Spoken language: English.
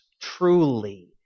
truly